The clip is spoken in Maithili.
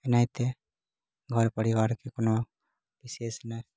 एनाहिते घर परिवारके कोनो विशेष नहि